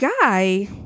guy